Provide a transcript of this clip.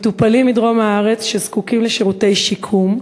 מטופלים מדרום הארץ שזקוקים לשירותי שיקום,